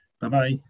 Bye-bye